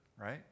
right